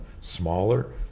smaller